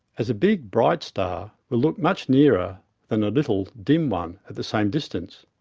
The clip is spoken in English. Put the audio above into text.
as a big bright star will look much nearer than a little, dim one at the same distance.